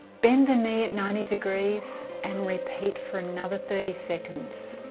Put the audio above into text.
bend the knee at ninety degrees and repeat for another thirty seconds